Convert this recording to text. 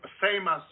famous